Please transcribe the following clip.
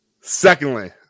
Secondly